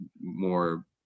more